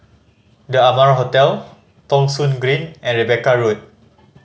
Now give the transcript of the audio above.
The Amara Hotel Thong Soon Green and Rebecca Road